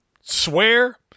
Swear